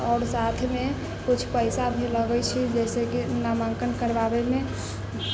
आओर साथमे किछु पइसा भी लगै छै जइसे कि नामाङ्कन करबाबैमे